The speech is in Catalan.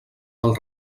del